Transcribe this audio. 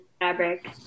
fabric